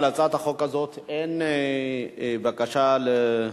על הצעת החוק הזאת אין בקשה להתדיינות,